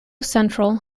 central